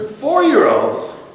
Four-year-olds